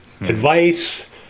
advice